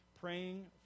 Praying